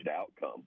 outcome